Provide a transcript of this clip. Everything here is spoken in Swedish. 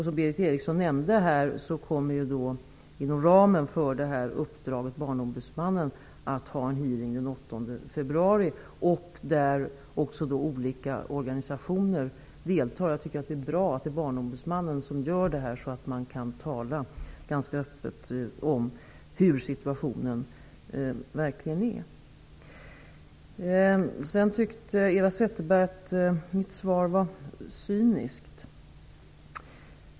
Som Berith Eriksson nämnde kommer Barnombudsmannen inom ramen för detta uppdrag att ha en hearing den 8 februari där olika organisationer deltar. Jag tycker att det är bra att det är Barnombudsmannen som gör detta, så att man kan tala öppet om hur situationen verkligen är. Eva Zetterberg tyckte att mitt svar var cyniskt.